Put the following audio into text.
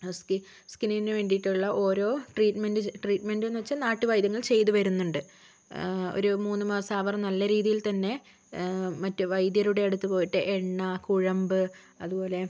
skin സ്കിന്നിനു വേണ്ടിയിട്ടുള്ള ഓരോ ട്രീട്മെൻ്റ് ട്രീട്മെൻ്റെ എന്ന് വച്ചാൽ നാട്ടുവൈദ്യങ്ങൾ ചെയ്തു വരുന്നുണ്ട് ഒരു മൂന്ന് മാസം അവർ നല്ല രീതിയിൽ തന്നെ മറ്റേ വൈദ്യരുടെ അടുത്ത് പോയിട്ട് എണ്ണ കുഴമ്പ് അതുപോലെ